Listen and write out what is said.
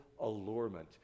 allurement